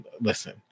listen